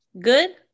Good